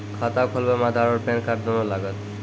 खाता खोलबे मे आधार और पेन कार्ड दोनों लागत?